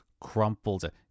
crumpled